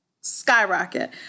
skyrocket